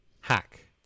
Hack